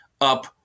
up